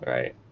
Right